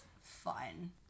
fun